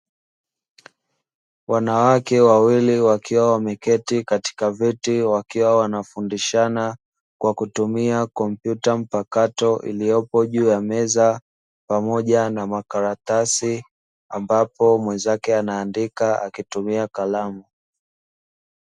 Wanawake wawili wakiwa wameketi katika viti wakiwa wanafundishana kwa kutumia kompyuta mpakato iliyopo juu ya meza pamoja na makaratasi, ambapo mwenzake anaandika akitumia kalamu.